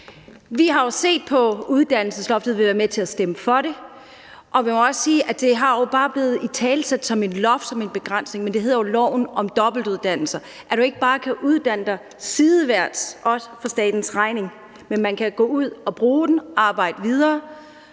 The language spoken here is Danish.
Vi har set på uddannelsesloftet; vi har været med til at stemme for det, og man må også sige, at det jo bare er blevet italesat som et loft, som en begrænsning. Men det hedder jo loven om dobbeltuddannelser, hvilket betyder, at man altså ikke bare også kan uddanne sig sideværts på statens regning. Men man kan gå ud og bruge sin uddannelse, arbejde videre,